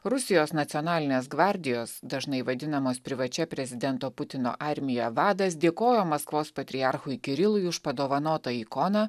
rusijos nacionalinės gvardijos dažnai vadinamos privačia prezidento putino armija vadas dėkojo maskvos patriarchui kirilui už padovanotą ikoną